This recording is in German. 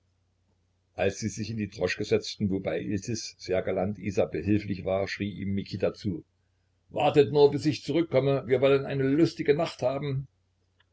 als sie sich in die droschke setzten wobei iltis sehr galant isa behilflich war schrie ihm mikita zu wartet nur bis ich zurückkomme wir sollen eine lustige nacht haben